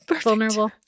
Vulnerable